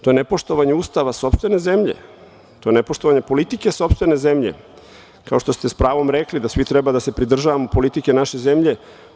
To je nepoštovanje Ustava sopstvene zemlje, to je nepoštovanje politike sopstvene zemlje, kao što ste sa pravom rekli da svi treba da se pridržavamo politike naše zemlje.